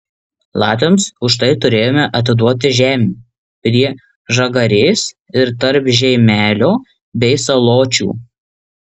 latviams už tai turėjome atiduoti žemių prie žagarės ir tarp žeimelio bei saločių